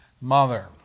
mother